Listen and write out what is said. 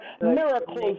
miracles